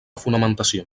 fonamentació